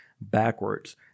backwards